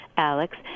Alex